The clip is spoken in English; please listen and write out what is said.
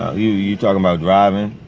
ah you you talking about driving?